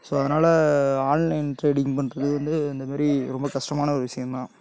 so அதனால online trading பண்ணுறது வந்து இந்த மேரி ரொம்ப கஷ்டமான ஒரு விஷயம் தான்